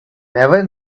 never